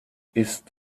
ist